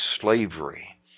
slavery